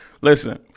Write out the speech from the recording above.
Listen